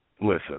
listen